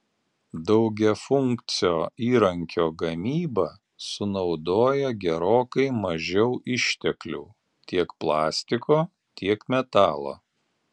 daugiafunkcio įrankio gamyba sunaudoja gerokai mažiau išteklių tiek plastiko tiek metalo